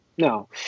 No